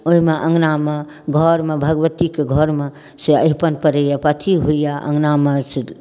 ओहिमे अँगनामे घरमे भगवतीके घरमे से अरिपन परैया पथी होइया अँगना मे से